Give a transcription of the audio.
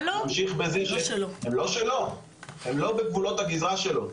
הם לא בגבולות הגזרה שלו.